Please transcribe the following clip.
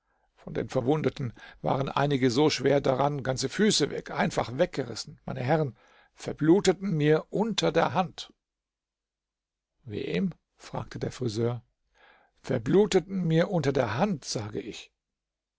von den verwundeten waren einige so schwer daran ganze füße weg einfach weggerissen meine herren verbluteten mir unter der hand wem fragte der friseur verbluteten mir unter der hand sage ich